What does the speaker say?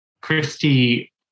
Christie